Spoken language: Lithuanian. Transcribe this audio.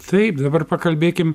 taip dabar pakalbėkim